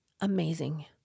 amazing